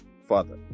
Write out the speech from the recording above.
father